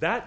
that